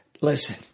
listen